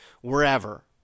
wherever